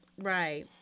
Right